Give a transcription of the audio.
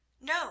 No